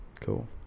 cool